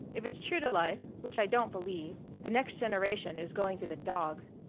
if it's true to life, which i don't believe, the next generation is going to the dogs.